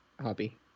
hobby